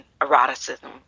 eroticism